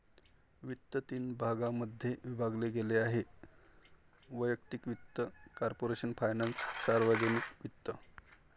वित्त तीन भागांमध्ये विभागले गेले आहेः वैयक्तिक वित्त, कॉर्पोरेशन फायनान्स, सार्वजनिक वित्त